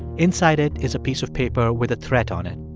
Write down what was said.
inside it is a piece of paper with a threat on it,